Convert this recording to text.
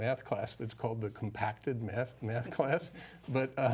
math class it's called the compacted mess math class but